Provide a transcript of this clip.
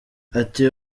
ati